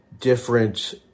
different